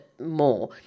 more